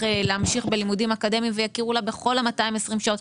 להמשיך בלימודים אקדמיים ויכירו לה בכל ה-220 שעות.